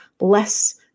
less